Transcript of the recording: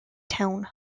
town